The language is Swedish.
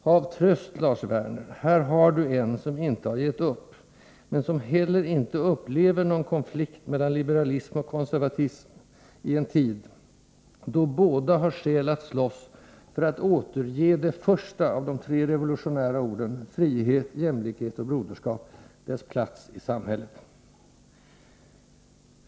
Hav tröst, Lars Werner, här har du en som inte har gett upp, men som heller inte upplever någon konflikt mellan liberalism och konservatism i en tid då båda har skäl att slåss för att återge det första av de tre revolutionära orden frihet, jämlikhet och broderskap dess plats i samhället.